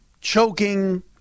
choking